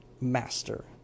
master